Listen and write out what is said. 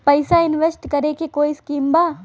पैसा इंवेस्ट करे के कोई स्कीम बा?